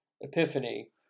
epiphany